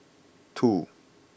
two